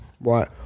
Right